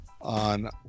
on